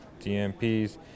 DMPs